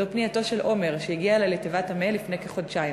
זו פנייתו של עומר שהגיעה אלי לתיבת המייל לפני כחודשיים.